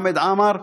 חמד עמאר,